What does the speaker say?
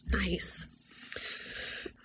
Nice